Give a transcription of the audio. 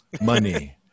Money